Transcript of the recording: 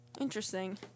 Interesting